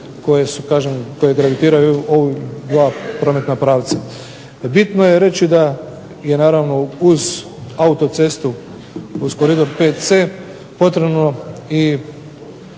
koje gravitiraju u ova dva prometna pravca. Bitno je reći da je naravno uz autocestu uz Koridor VC potrebno i